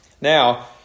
Now